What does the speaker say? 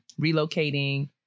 relocating